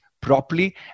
properly